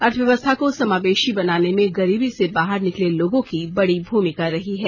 अर्थव्यवस्था को समावेशी बनाने में गरीबी से बाहर निकले लोगों की बड़ी भूमिका रही है